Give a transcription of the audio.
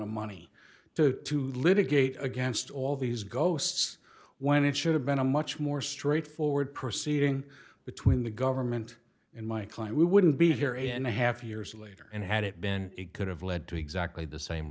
of money to to litigate against all these ghosts when it should have been a much more straightforward proceeding between the government in my client we wouldn't be here and a half years later and had it been it could have led to exactly the same